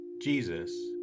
Jesus